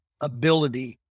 ability